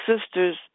sisters